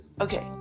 okay